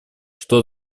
что